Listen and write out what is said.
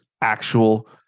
actual